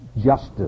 justice